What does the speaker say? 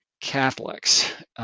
Catholics—